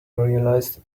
realised